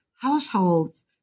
households